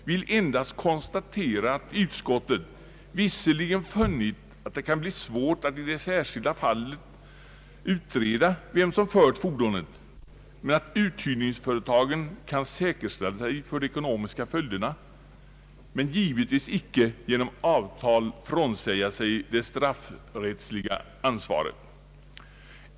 Jag vill ändå konstatera att utskottet visserligen funnit att det kan bli svårt att i det särskilda fallet utreda vem som fört fordonet, men att utbyrningsföretagen kan säkerställa sig för de ekonomiska följderna. Däremot kan de givetvis icke genom avtal frånsäga sig det straffrättsliga ansvaret.